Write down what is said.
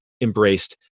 embraced